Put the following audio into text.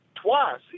Twice